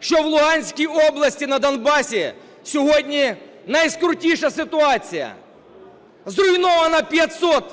що в Луганській області на Донбасі сьогодні найскрутніша ситуація?! Зруйновано 500